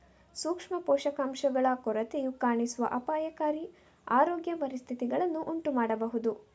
ಸೂಕ್ಷ್ಮ ಪೋಷಕಾಂಶಗಳ ಕೊರತೆಯು ಕಾಣಿಸುವ ಅಪಾಯಕಾರಿ ಆರೋಗ್ಯ ಪರಿಸ್ಥಿತಿಗಳನ್ನು ಉಂಟು ಮಾಡಬಹುದು